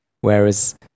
Whereas